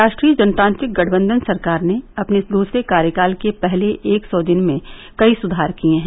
राष्ट्रीय जनतांत्रिक गठबंधन सरकार ने अपने दूसरे कार्यकाल के पहले एक सौ दिन में कई सुधार किए हैं